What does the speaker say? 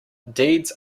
deeds